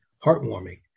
heartwarming